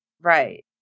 Right